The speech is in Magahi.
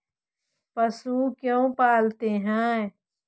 पशु क्यों पालते हैं?